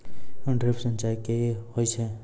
Drip सिंचाई कि होय छै?